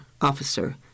officer